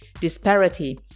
disparity